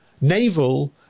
naval